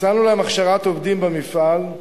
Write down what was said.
הצענו להם הכשרת עובדים במפעל,